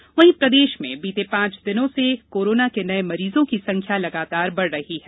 corona प्रदेश प्रदेश में बीते पांच दिनों से कोरोना के नये मरीजों की संख्या लगातार बढ़ रही है